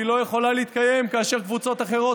והיא לא יכולה להתקיים כאשר קבוצות אחרות